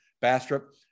Bastrop